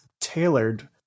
tailored